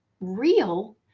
real